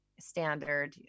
standard